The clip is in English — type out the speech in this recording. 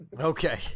Okay